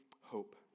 hope